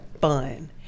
fun